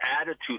attitude